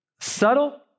subtle